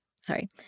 sorry